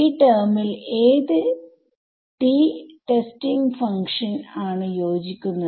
ഈ ടെർമിൽ ഏത് T ടെസ്റ്റിംഗ് ഫങ്ക്ഷൻ ആണ് യോജിക്കുന്നത്